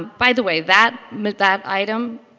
by the way, that that item,